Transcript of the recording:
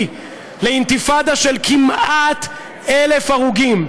לאינתיפאדה של כמעט 1,000 הרוגים.